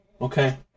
Okay